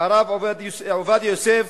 הרב עובדיה יוסף